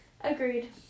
Agreed